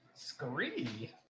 Scree